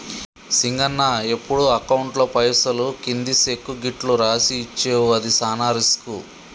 సింగన్న ఎప్పుడు అకౌంట్లో పైసలు కింది సెక్కు గిట్లు రాసి ఇచ్చేవు అది సాన రిస్కు